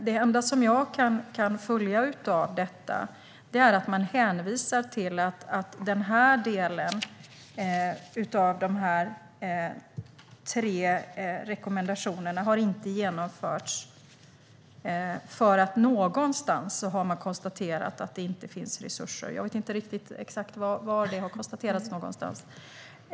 Det enda jag kan se i detta är att man hänvisar till att den här delen av de tre rekommendationerna inte har genomförts därför att man någonstans har konstaterat att det inte finns resurser. Jag vet inte exakt var det har konstaterats någonstans.